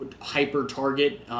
hyper-target